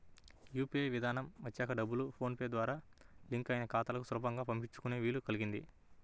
UPI విధానం వచ్చాక డబ్బుల్ని ఫోన్ నెంబర్ ద్వారా లింక్ అయిన ఖాతాలకు సులభంగా పంపించుకునే వీలు కల్గింది